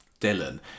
Dylan